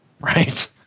right